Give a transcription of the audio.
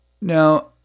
Now